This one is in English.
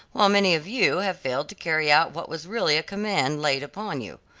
while many of you have failed to carry out what was really a command laid upon you.